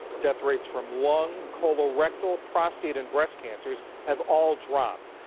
death rates from lung, colorectal, prostate and breast cancers have all dropped.